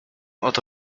oto